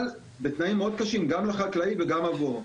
אבל בתנאים מאוד קשים, גם לחקלאים וגם עבורו.